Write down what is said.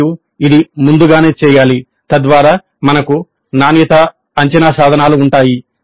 మరియు ఇది ముందుగానే చేయాలి తద్వారా మనకు నాణ్యతా అంచనా సాధనాలు ఉంటాయి